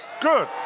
Good